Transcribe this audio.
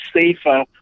safer